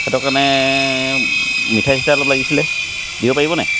সেইটো কাৰণে মিঠাই চিঠাই অলপ লাগিছিলে দিব পাৰিব নাই